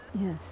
yes